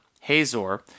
Hazor